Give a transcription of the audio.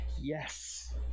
yes